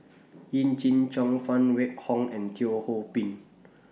Yee Jenn Jong Phan Wait Hong and Teo Ho Pin